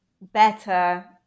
better